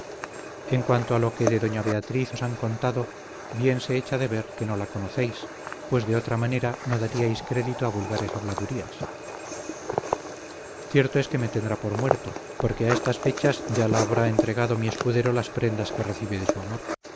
en cuanto a lo que de doña beatriz os han contado bien se echa de ver que no la conocéis pues de otra manera no daríais crédito a vulgares habladurías cierto es que me tendrá por muerto porque a estas fechas ya la habrá entregado mi escudero las prendas que recibí de su amor